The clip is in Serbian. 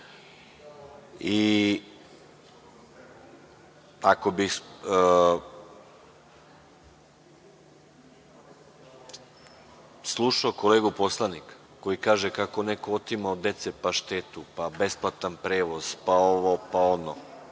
Ako bih slušao kolegu poslanika koji kaže kako neko otima od dece paštetu, pa besplatan prevoz, pa ovo, pa ono